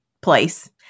place